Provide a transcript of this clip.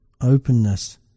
openness